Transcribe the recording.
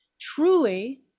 truly